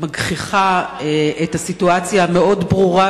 מגחיכה את הסיטואציה המאוד-ברורה,